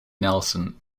nelson